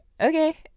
okay